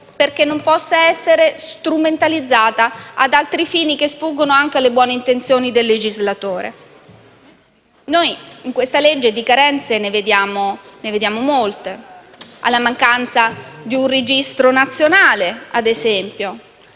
perché non possa essere strumentalizzata per altri fini che sfuggano alle buone intenzioni del legislatore. Noi, in questa legge, di carenze ne vediamo molte: la mancanza di un registro nazionale, ad esempio.